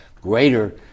greater